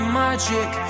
magic